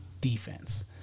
Defense